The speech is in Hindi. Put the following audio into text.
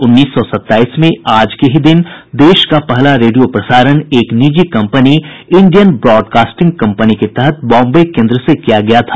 उन्नीस सौ सत्ताईस में आज के ही दिन देश का पहला रेडियो प्रसारण एक निजी कंपनी इंडियन ब्रॉडकास्टिंग कंपनी के तहत बॉम्बे केंद्र से किया गया था